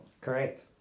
Correct